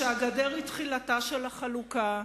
שהגדר היא תחילתה של החלוקה,